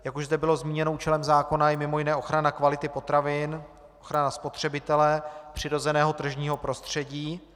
Jak už zde bylo zmíněno, účelem zákona je mimo jiné ochrana potravin, ochrana spotřebitele, přirozeného tržního prostředí.